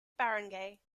barangay